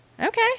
Okay